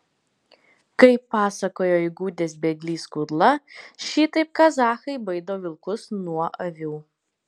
kaip pasakojo įgudęs bėglys kudla šitaip kazachai baido vilkus nuo avių